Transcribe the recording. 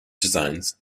designs